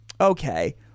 okay